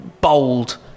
bold